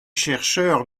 chercheurs